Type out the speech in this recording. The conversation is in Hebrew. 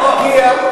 נגיע.